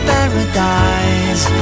Paradise